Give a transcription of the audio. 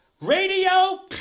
Radio